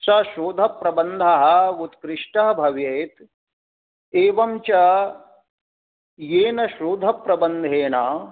सः शोधप्रबन्धः उत्कृष्टः भवेत् एवञ्च येन शोधप्रबन्धेन